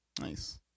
nice